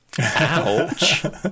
Ouch